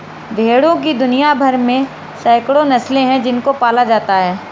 भेड़ों की दुनिया भर में सैकड़ों नस्लें हैं जिनको पाला जाता है